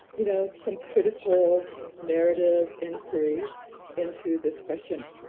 you know, some critical narrative inquiry into this question.